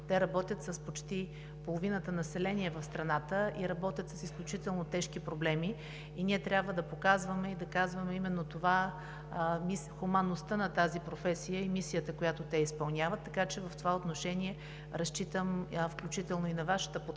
те работят с почти половината население в страната и работят с изключително тежки проблеми. Ние трябва да показваме и да казваме именно това – хуманността на тази професия и мисията, която те изпълняват. Така че в това отношение разчитам включително и на Вашата подкрепа,